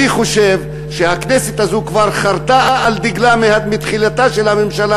אני חושב שהכנסת הזו כבר חרתה על דגלה מתחילתה של הממשלה